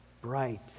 bright